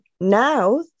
now